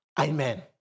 Amen